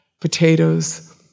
potatoes